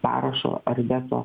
parašo ar veto